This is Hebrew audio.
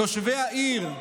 תושבי העיר,